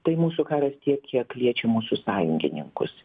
tai mūsų karas tiek kiek liečia mūsų sąjungininkus